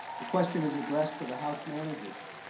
the question is addressed to the house managers